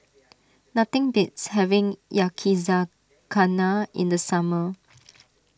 nothing beats having Yakizakana in the summer